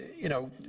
you know,